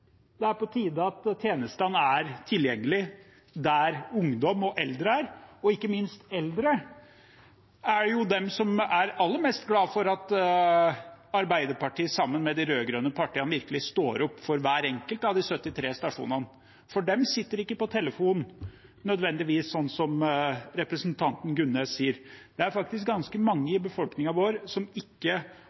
Det er på tide at tjenestene er tilgjengelige der ungdom og eldre er. Og de eldre er jo de som er aller mest glad for at Arbeiderpartiet, sammen med de andre rød-grønne partiene, virkelig står opp for hver enkelt av de 73 stasjonene, for de sitter ikke nødvendigvis på telefonen, sånn som representanten Gunnes sier. Det er faktisk ganske mange i befolkningen vår som